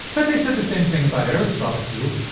but they said the same thing about aristotle, too,